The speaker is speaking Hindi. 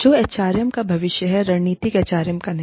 जो HRM का भविष्य है रणनीतिक HRM का नहीं